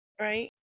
right